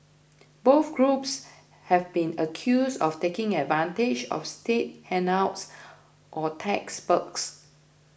both groups have been accused of taking advantage of state handouts or tax perks